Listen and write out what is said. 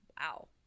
Wow